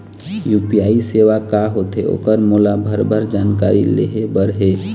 UPI सेवा का होथे ओकर मोला भरभर जानकारी लेहे बर हे?